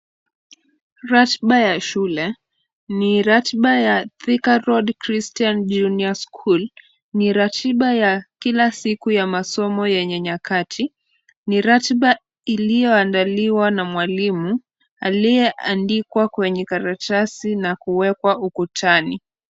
Ratiba ya shule, ni ratiba ya THIKA ROAD CHRISTIAN JUNIOR SCHOOL, ni ratiba ya kila siku yenye masomo na nyakati. Ni ratiba iliyoandaliwa na mwalimu aliyeandikwa kwenye karatasi na kuwekwa ukutani.